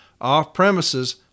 off-premises